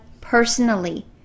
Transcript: personally